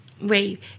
Wait